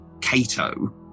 Cato